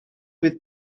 fydd